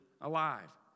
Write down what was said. alive